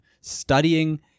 studying